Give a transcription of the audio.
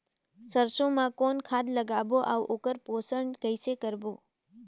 सरसो मा कौन खाद लगाबो अउ ओकर पोषण कइसे करबो?